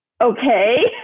okay